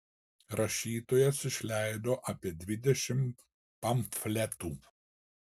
rašytojas išleido apie dvidešimt pamfletų